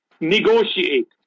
Negotiate